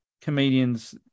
comedians